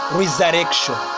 resurrection